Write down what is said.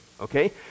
okay